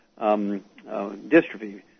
dystrophy